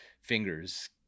fingers